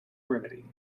remedy